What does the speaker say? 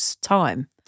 time